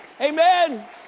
amen